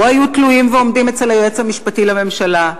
או היו תלויים ועומדים אצל היועץ המשפטי לממשלה,